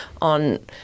on